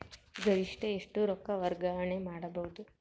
ಗರಿಷ್ಠ ಎಷ್ಟು ರೊಕ್ಕ ವರ್ಗಾವಣೆ ಮಾಡಬಹುದು?